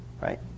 right